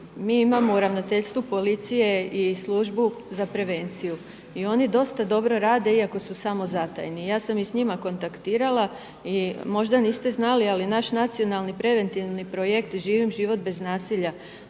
mi imamo u ravnateljstvu policije i Službu za prevenciju i oni dosta dobro rade iako su samozatajni. Ja sam i s njima kontaktirala i možda niste znali ali naš nacionalni preventivni projekt „Živim život bez nasilja“